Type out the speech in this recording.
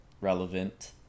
relevant